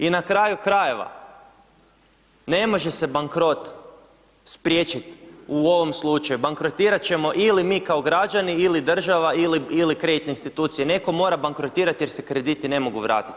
I na kraju krajeva, ne može se bankrot spriječit u ovom slučaju, bankrotirat ćemo ili mi kao građani ili država ili kreditne institucije, netko mora bankrotirat jer se krediti ne mogu vratit.